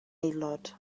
aelod